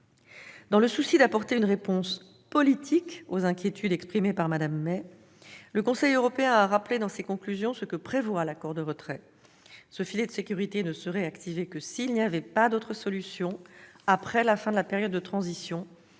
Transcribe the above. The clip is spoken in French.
Dans le souci d'apporter une réponse politique aux inquiétudes exprimées par Mme May, le Conseil européen a rappelé dans ses conclusions ce que prévoit l'accord de retrait : ce filet de sécurité ne serait activé que s'il n'y avait pas d'autre solution après la fin de la période de transition